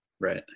right